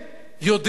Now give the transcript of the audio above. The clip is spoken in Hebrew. אם זה הזמן,